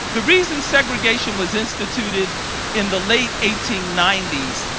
the reason segregation was instituted in the late eighteen ninety s,